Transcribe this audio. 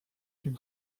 une